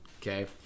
Okay